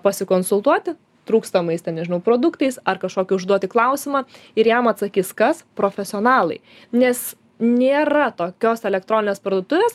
pasikonsultuoti trūkstamais ten nežinau produktais ar kažkokį užduoti klausimą ir jam atsakys kas profesionalai nes nėra tokios elektroninės parduotuvės